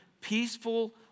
peaceful